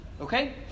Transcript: okay